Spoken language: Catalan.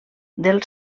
del